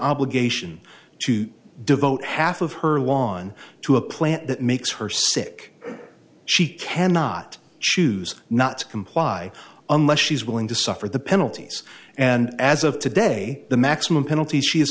obligation to devote half of her lawn to a plant that makes her sick she cannot choose not to comply unless she's willing to suffer the penalties and as of today the maximum penalty she